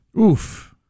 Oof